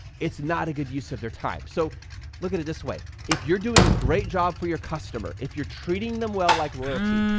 it's not a good use of their time so look at it this way, if you're doing a great job for your customer, if you're treating them well like royalty,